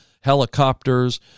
helicopters